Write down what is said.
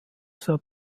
sehr